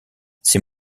ces